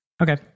Okay